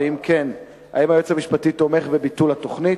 2. אם כן, האם היועץ המשפטי תומך בביטול התוכנית?